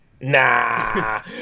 Nah